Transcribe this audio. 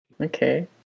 Okay